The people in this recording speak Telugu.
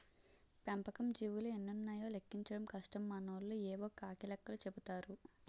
పెంపకం జీవులు ఎన్నున్నాయో లెక్కించడం కష్టం మనోళ్లు యేవో కాకి లెక్కలు చెపుతారు